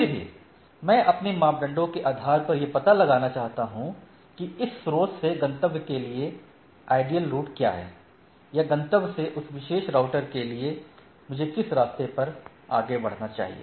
फिर भी मैं अपने मानदंडों के आधार पर यह पता लगाना चाहता हूं कि इस स्रोत से गंतव्य के लिए आइडियल रूट क्या है या गंतव्य से उस विशेष राउटर के लिए मुझे किस रास्ते पर आगे बढ़ना चाहिए